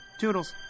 toodles